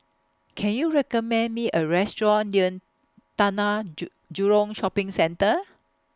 Can YOU recommend Me A Restaurant near Taman Jurong Shopping Centre